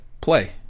play